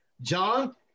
John –